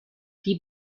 die